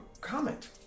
comment